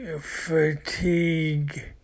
fatigue